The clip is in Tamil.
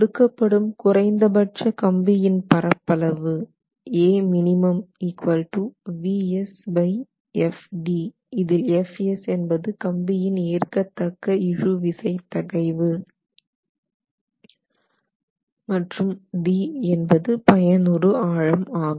கொடுக்கப்படும் குறைந்தபட்ச கம்பியின் பரப்பளவு இதில் Fs என்பது கம்பியின் ஏற்கத்தக்க இழுவிசை தகைவு மற்றும் d என்பது பயனுறு ஆழம் ஆகும்